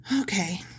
Okay